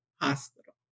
hospital